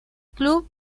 club